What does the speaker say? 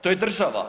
To je država.